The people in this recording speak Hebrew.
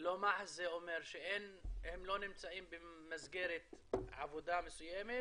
ללא מעש זה אומר שהם לא נמצאים במסגרת עבודה מסוימת